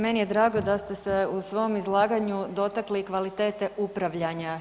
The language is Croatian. Meni je drago da ste se u svom izlaganju dotakli kvalitete upravljanja.